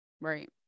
right